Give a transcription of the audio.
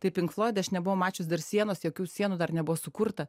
tai pink floidai aš nebuvau mačius dar sienos jokių sienų dar nebuvo sukurta